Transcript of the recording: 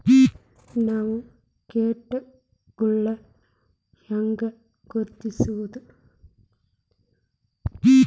ನಾವ್ ಕೇಟಗೊಳ್ನ ಹ್ಯಾಂಗ್ ಗುರುತಿಸೋದು?